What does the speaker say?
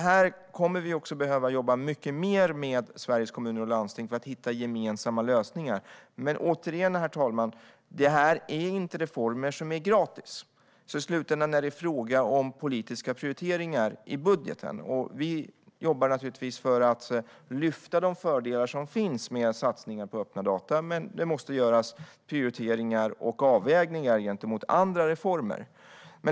Här kommer vi också att behöva jobba mycket mer med Sveriges Kommuner och Landsting för att hitta gemensamma lösningar. Herr talman! Återigen: Det här är inte reformer som är gratis. I slutändan är det därför en fråga om politiska prioriteringar i budgeten, och vi jobbar naturligtvis för att lyfta de fördelar som finns med satsningar på öppna data. Men det måste göras prioriteringar och avvägningar gentemot andra reformer.